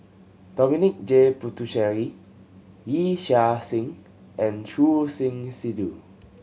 Dominic J Puthucheary Yee Chia Hsing and Choor Singh Sidhu